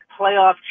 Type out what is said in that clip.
playoff